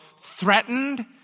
threatened